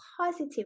positive